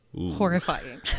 horrifying